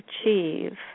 achieve